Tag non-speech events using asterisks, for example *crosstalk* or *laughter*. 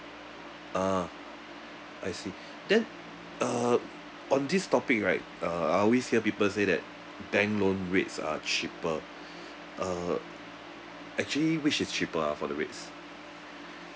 ah I see then uh on this topic right uh I always hear people say that bank loan rates are cheaper *breath* uh actually which is cheaper ah for the rates